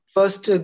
First